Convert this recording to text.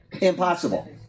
impossible